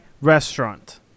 restaurant